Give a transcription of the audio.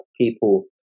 people